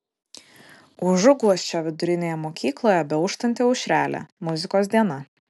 užuguosčio vidurinėje mokykloje beauštanti aušrelė muzikos diena